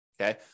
okay